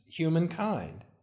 humankind